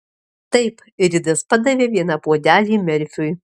taip ridas padavė vieną puodelį merfiui